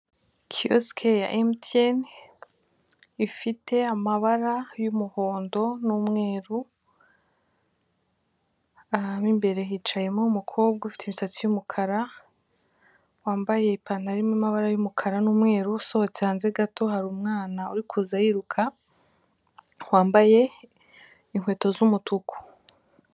Kiyosike ya emutiyeni ifite amabara y'umuhondo n'umweru aha mu imbere hicayemo harimo umukobwa ufite imisatsi y'umukara wambaye ipantalo irimo amabara y'umukara n'umweru, usohotse hanze gato hari umwana uri kuza yiruka wambaye inkweto z'umutuku.